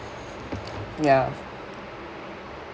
ya ya